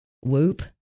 Whoop